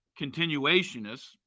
continuationists